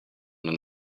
denn